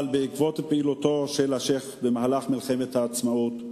אבל בעקבות פעילותו של השיח' במהלך מלחמת העצמאות,